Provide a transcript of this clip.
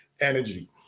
energy